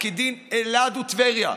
כדין אלעד וטבריה.